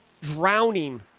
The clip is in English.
drowning